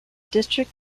district